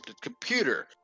computer